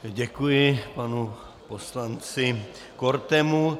Děkuji panu poslanci Kortemu.